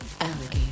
alligator